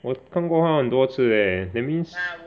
我看过他很多次 leh that means